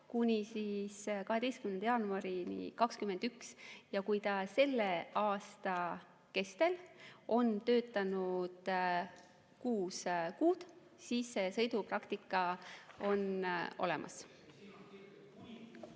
kuni 12. jaanuarini 2021. Kui ta selle aasta kestel on töötanud kuus kuud, siis sõidupraktika on olemas.